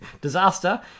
disaster